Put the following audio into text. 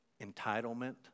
entitlement